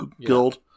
guild